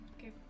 Okay